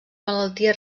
malaltia